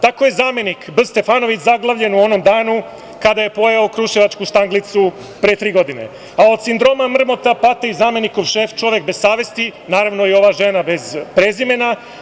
Tako je zamenik B. Stefanović zaglavljen u onom danu kada je pojeo kruševačku štanglicu pre tri godine, a od sindroma mrmota pati i zamenikom šef, čovek bez savesti, naravno i ova žena bez prezimena.